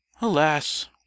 Alas